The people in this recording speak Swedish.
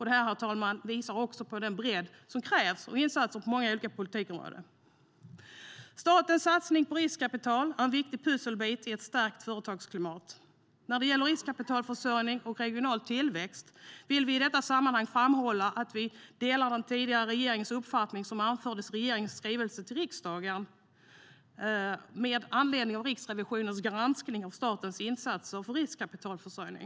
Det visar också på den bredd som krävs när det gäller insatser på många olika politikområden, herr talman. Statens satsning på riskkapital är en viktig pusselbit i ett stärkt företagsklimat. När det gäller riskkapitalförsörjning och regional tillväxt vill vi i sammanhanget framhålla att vi delar den tidigare regeringens uppfattning, som anfördes i dess skrivelse till riksdagen med anledning av Riksrevisionens granskning av statens insatser för riskkapitalförsörjning.